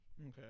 Okay